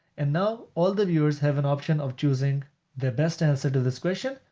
and now all the viewers have an option of choosing the best answer to this question.